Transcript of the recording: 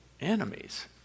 enemies